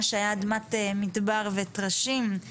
מה שהיה אדמת מדבר וטרשים.